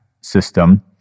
system